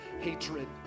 hatred